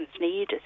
need